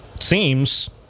seems